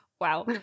wow